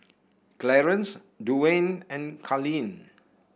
Clarnce Duwayne and Carlene